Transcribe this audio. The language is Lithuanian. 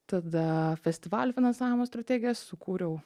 tada festivalių finansavimo strategijos sukūriau